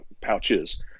pouches